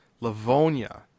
Livonia